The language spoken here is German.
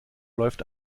läuft